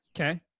Okay